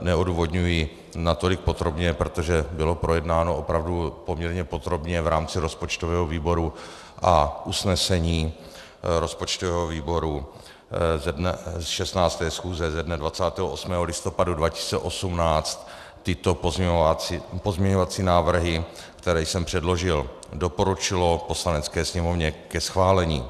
Neodůvodňuji natolik podrobně, protože bylo projednáno opravdu poměrně podrobně v rámci rozpočtového výboru a usnesení rozpočtového výboru z 16. schůze ze dne 28. listopadu 2018 tyto pozměňovací návrhy, které jsem předložil, doporučilo Poslanecké sněmovně ke schválení.